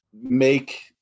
make